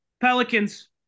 Pelicans